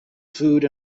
food